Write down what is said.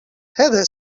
هذا